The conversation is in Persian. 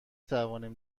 توانیم